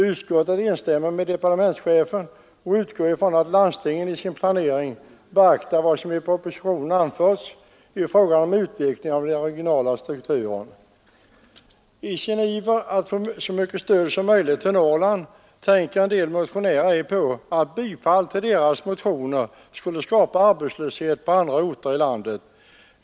Utskottet instämmer i departementschefens uttalande och utgår ifrån att landstingen i sin planering beaktar vad som i propositionen anförts i fråga om utvecklingen av den regionala strukturen. I sin iver att få så mycket stöd som möjligt till Norrland tänker en del motionärer ej på att bifall till deras motioner skulle skapa arbetslöshet på andra orter i landet.